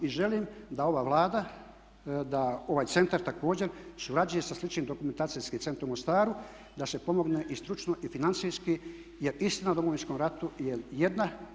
I želim da ova Vlada, da ovaj centar također surađuje sa sličnim Dokumentacijskim centrom u Mostaru da se pomogne i stručno i financijski jer istina o Domovinskom ratu je jedna.